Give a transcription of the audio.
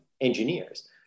engineers